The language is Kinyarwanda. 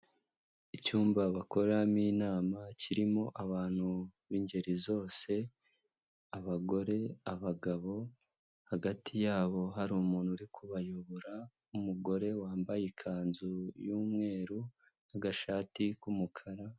Icyumba bakoreramo inama kirimo abantu b'ingeri zose, abagore, abagabo hagati yabo hari umuntu uri kubayobora w'umugore wambaye ikanzu y'umweru n'agashati k'umukara.